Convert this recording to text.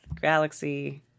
Galaxy